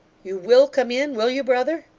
you will come in, will you, brother